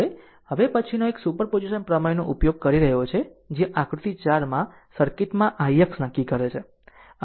હવે હવે પછીનો એક સુપરપોઝિશન પ્રમેયનો ઉપયોગ કરી રહ્યો છે જે આકૃતિ 4 માં સર્કિટમાં ix નક્કી કરે છે